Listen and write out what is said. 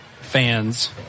fans